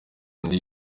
undi